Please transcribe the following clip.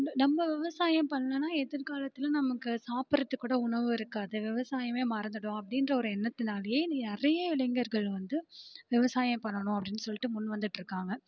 நம்ம விவசாயம் பண்ணலன்னா எதிர்காலத்தில் நமக்கு சாப்பிட்றதுக்கு கூட உணவு இருக்காது விவசாயமே மறந்துவிடும் அப்படின்ற ஒரு எண்ணத்துனாலேயே நிறையா இளைஞர்கள் வந்து விவசாயம் பண்ணணும் அப்படின்னு சொல்லிட்டு முன் வந்துட்டு இருக்காங்க